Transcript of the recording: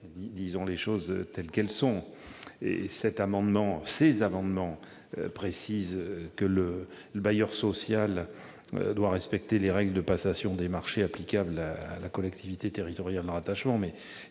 Disons les choses telles qu'elles sont : il faut rassurer. Ces amendements précisent que le bailleur social doit respecter les règles de passation des marchés applicables à la collectivité territoriale de rattachement.